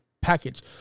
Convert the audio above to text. package